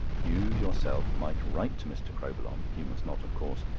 you yourself might write to mr. crowbillon you must not, of course,